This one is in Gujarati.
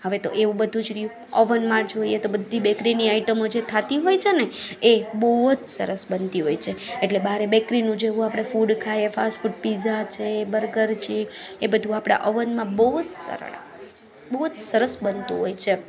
હવે તો એવું બધુ જ રહ્યું અવનમાં જોઈએ તો બધી બેકરીની આઈટમો જે થાતી હોય છે ને એ બહુ જ સરસ બનતી હોય છે એટલે બારે બેકરીનું જેવુ આપણે ફૂડ ખાઈએ ફાસ્ટફૂડ પિઝા છે બર્ગર છે એ બધુ આપણે અવનમાં બહુ જ સરળ બહુ જ સરસ બનતું હોય છે એમ